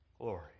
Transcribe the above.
Glory